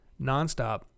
nonstop